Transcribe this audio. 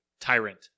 Tyrant